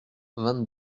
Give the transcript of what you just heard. vingt